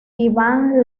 ivan